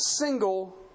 single